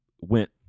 went